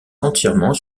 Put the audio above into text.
entièrement